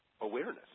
awareness